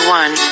one